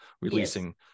Releasing